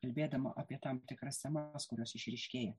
kalbėdama apie tam tikras semas kurios išryškėja